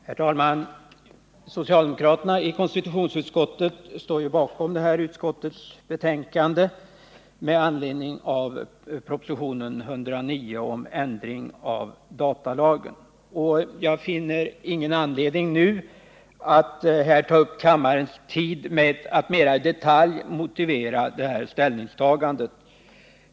Herr talman! Socialdemokraterna i konstitutionsutskottet står bakom utskottets betänkande med anledning av propositionen 109 om ändring av datalagen. Jag finner ingen anledning nu att här ta upp kammarens tid med att mera i detalj motivera det ställningstagandet.